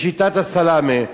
בשיטת הסלאמי,